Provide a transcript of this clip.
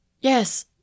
Yes